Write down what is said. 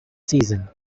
season